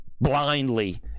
blindly